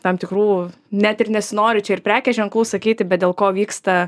tam tikrų net ir nesinori čia ir prekės ženklų sakyti bet dėl ko vyksta